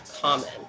common